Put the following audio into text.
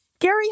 Gary